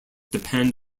depend